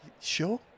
sure